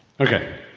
okay,